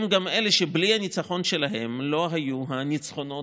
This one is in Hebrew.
הם גם אלה שבלי הניצחון שלהם לא היו הניצחונות